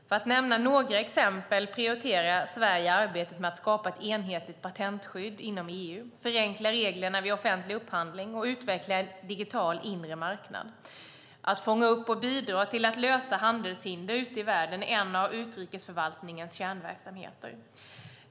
För att nämna några exempel prioriterar Sverige arbetet med att skapa ett enhetligt patentskydd inom EU, förenkla reglerna vid offentlig upphandling och utveckla en digital inre marknad. Att fånga upp och bidra till att lösa handelshinder ute i världen är en av utrikesförvaltningens kärnverksamheter.